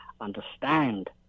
understand